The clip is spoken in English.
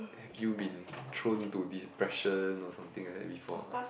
have you been thrown to depression or something like that before or not